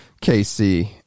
KC